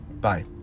Bye